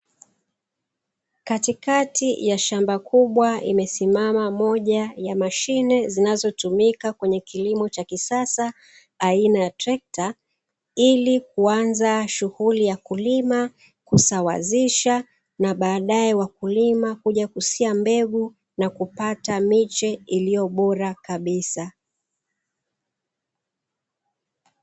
Katikati ya shamba kubwa, imesimama moja ya mashine zinazotumika kwenye kilimo cha kisasa aina ya trekta ili kuanza shughuli ya kulima, kusawazisha na baadaye wakulima kuja kusia mbegu na kupata miche iliyo bora kabisa.